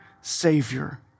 Savior